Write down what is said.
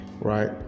right